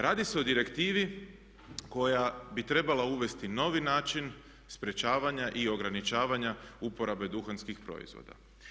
Radi se o Direktivi koja bi trebala uvesti novi način sprječavanja i ograničavanja uporabe duhanskih proizvoda.